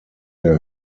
der